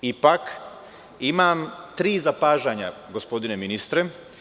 Ipak, imam tri zapažanja, gospodine ministre.